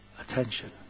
attention